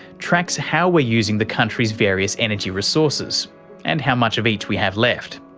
tracks how we are using the country's various energy resources and how much of each we have left.